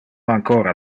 ancora